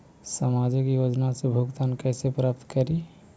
सामाजिक योजना से भुगतान कैसे प्राप्त करी?